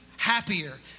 Happier